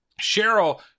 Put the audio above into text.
Cheryl